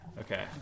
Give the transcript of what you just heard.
Okay